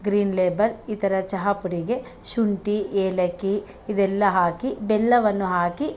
green label ಈ ಥರ ಚಹಾ ಪುಡಿಗೆ ಶುಂಠಿ ಏಲಕ್ಕಿ ಇದೆಲ್ಲ ಹಾಕಿ ಬೆಲ್ಲವನ್ನು ಹಾಕಿ